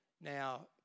now